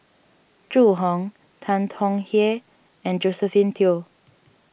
Zhu Hong Tan Tong Hye and Josephine Teo